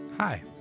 Hi